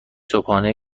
صبحانه